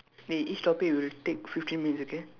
eh each topic will take fifteen minutes okay